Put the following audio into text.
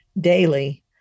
daily